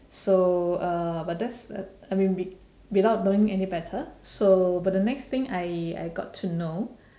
so uh but that's that I mean wi~ without knowing any better so but the next thing I I got to know